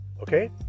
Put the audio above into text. okay